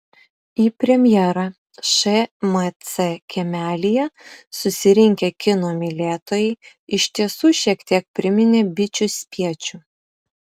į premjerą šmc kiemelyje susirinkę kino mylėtojai iš tiesų šiek tiek priminė bičių spiečių